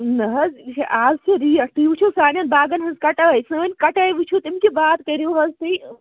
نہٕ حظ یہِ چھِ آز چھِ ریٹ تُہۍ وٕچھُو سانٮ۪ن باغَن ہٕنٛز کَٹٲے سٲنۍ کَٹٲے وٕچھُو تٔمۍ کہِ بعد کٔرِو حظ تُہۍ